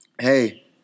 hey